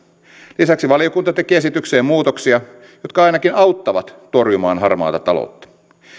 lisäksi valiokunta teki esitykseen muutoksia jotka ainakin auttavat torjumaan harmaata taloutta